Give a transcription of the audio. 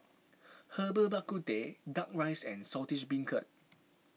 Herbal Bak Ku Teh Duck Rice and Saltish Beancurd